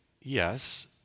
yes